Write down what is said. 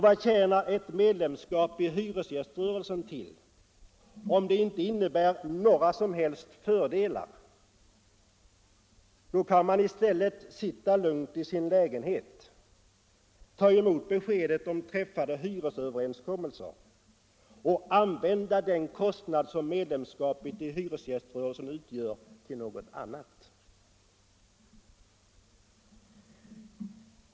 Vad tjänar eu medlemskap i hyresgiströrelsen till, om det inte innebär några som helst fördelar? Då kan man i stället sitta lugnt i sin lägenhet, ta emot beskedet om träff ade hyresöverenskommelser och använda de pengar som medlemskapet i hyresgäströrelsen kostar till något annat.